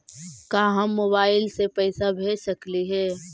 का हम मोबाईल से पैसा भेज सकली हे?